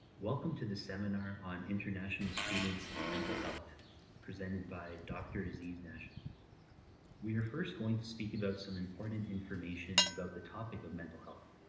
welcome to the seminar on international students and mental health presented by dr. aziz nashef we are first going to speak about some important information about the topic of mental health.